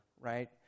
right